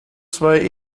zwei